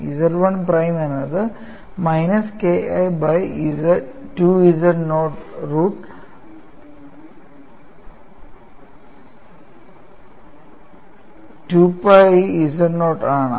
Z1 prime എന്നത് minus K1 by 2 Z naught root 1 2 pi z naught ആണ്